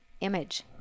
image